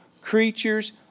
creatures